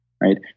right